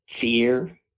fear